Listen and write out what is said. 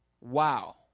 wow